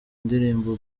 indirimbo